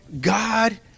God